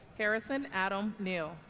harrison adam neal